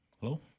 Hello